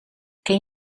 ken